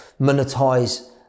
monetize